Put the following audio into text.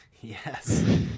Yes